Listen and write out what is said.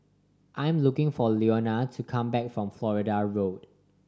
I'm looking for Leonia to come back from Florida Road